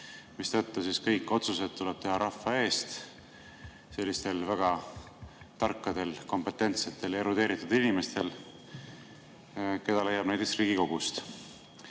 mistõttu kõik otsused tuleb teha rahva eest sellistel väga tarkadel, kompetentsetel, erudeeritud inimestel, keda leiab näiteks Riigikogust.